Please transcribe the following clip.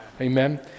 Amen